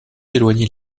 éloignés